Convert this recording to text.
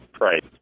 right